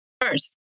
first